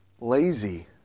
lazy